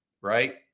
right